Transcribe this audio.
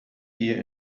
here